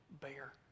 bear